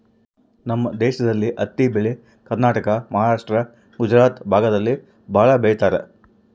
ನಮ್ ದೇಶದಲ್ಲಿ ಹತ್ತಿ ಬೆಳೆ ಕರ್ನಾಟಕ ಮಹಾರಾಷ್ಟ್ರ ಗುಜರಾತ್ ಭಾಗದಲ್ಲಿ ಭಾಳ ಬೆಳಿತರೆ